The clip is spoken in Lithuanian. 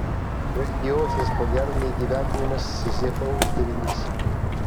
grandiozinis ko gero neįgyvendinamas sizifo uždavinys